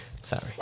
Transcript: Sorry